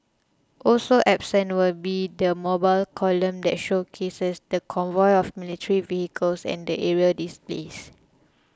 also absent will be the mobile column that showcases the convoy of military vehicles and the aerial displays